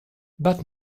but